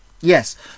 Yes